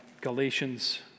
Galatians